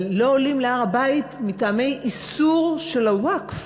אבל לא עולים להר-הבית מטעמי איסור של הווקף,